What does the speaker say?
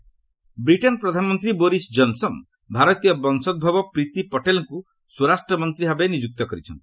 UK cabinet Britain ପ୍ରଧାନମନ୍ତ୍ରୀ Boris Johnson ଭାରତୀୟ ବଂଶୋଭବ ପ୍ରୀତି ପଟେଲଙ୍କୁ ସ୍ୱରାଷ୍ଟ୍ରମନ୍ତ୍ରୀ ଭାବେ ନିଯୁକ୍ତ କରିଛନ୍ତି